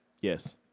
Yes